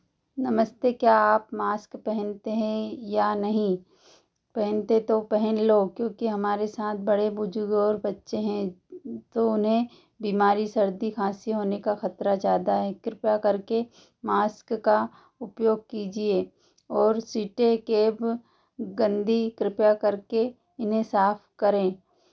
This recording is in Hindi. नमस्ते क्या आप मास्क पहनते हैं या नहीं पहनते हैं तो पहन लो क्योंकि हमारे साथ बड़े बुजुर्ग और बच्चे हैं तो उन्हें बीमारी सर्दी खांसी होने का खतरा ज्यादा है कृपया करके मास्क का उपयोग कीजिए और सीट के गन्दी कृपया करके उन्हें साफ करें